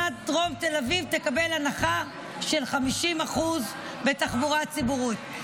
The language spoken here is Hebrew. דרום תל אביב תקבל הנחה של 50% בתחבורה הציבורית.